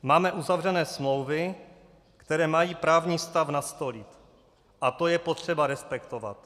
Máme uzavřené smlouvy, které mají právní stav nastolit, a to je potřeba respektovat.